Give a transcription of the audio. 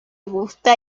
gusta